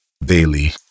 daily